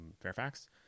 Fairfax